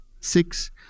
six